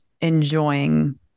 enjoying